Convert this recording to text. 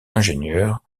ingénieurs